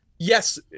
Yes